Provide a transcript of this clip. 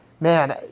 man